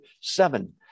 seven